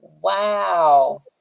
Wow